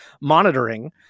monitoring